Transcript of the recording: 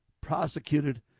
prosecuted